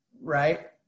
right